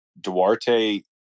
Duarte